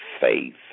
faith